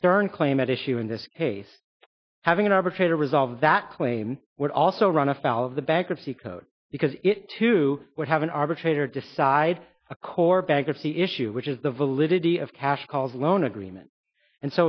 stern claim at issue in this case having an arbitrator resolve that claim would also run afoul of the bankruptcy code because it too would have an arbitrator decide a core bankruptcy issue which is the validity of cash called loan agreement and